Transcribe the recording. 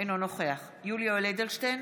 אינו נוכח יולי יואל אדלשטיין,